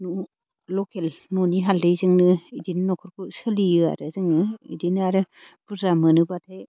न' लकेल न'नि हालदैजोंनो बिदिनो न'खरखौ सोलियो आरो जोङो बिदिनो आरो बुर्जा मोनोबाथाय